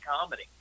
comedy